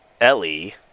Ellie